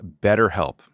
BetterHelp